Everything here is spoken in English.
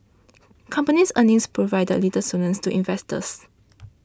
companies earnings provided little solace to investors